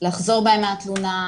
לחזור בהן מהתלונה,